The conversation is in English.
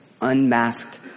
unmasked